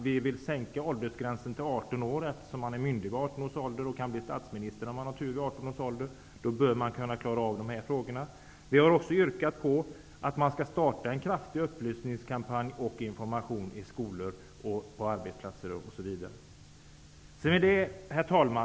Vi vill sänka åldersgränsen till 18 år. Eftersom man är myndig vid 18 års ålder och kan bli statsminister, bör man kunna klara av dessa frågor också. Vidare har vi yrkat på att man skall starta en kraftig upplysningsoch informationskampanj i skolor, på arbetsplatser osv. Herr talman!